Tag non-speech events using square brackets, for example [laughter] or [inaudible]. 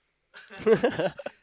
[laughs]